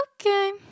okay